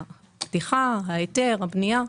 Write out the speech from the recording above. פתיחה, היתר, בנייה.